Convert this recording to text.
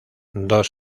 dos